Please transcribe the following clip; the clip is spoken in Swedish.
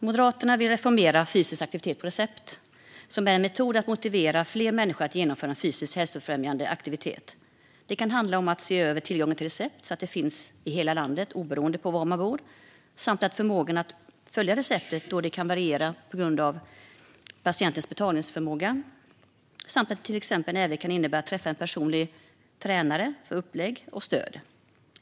Moderaterna vill reformera fysisk aktivitet på recept, som är en metod att motivera fler människor att genomföra en fysisk hälsofrämjande aktivitet. Det kan handla om att se över tillgången till recept så att de finns i hela landet, oberoende av var man bor, samt att se över förmågan att följa receptet, då den kan variera på grund av patientens betalningsförmåga. Det skulle även kunna innebära att träffa en personlig tränare för upplägg och stöd.